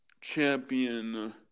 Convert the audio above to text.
champion